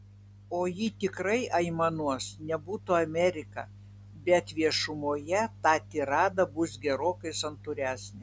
o ji tikrai aimanuos nebūtų amerika bet viešumoje ta tirada bus gerokai santūresnė